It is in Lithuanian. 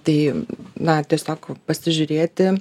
tai na tiesiog pasižiūrėti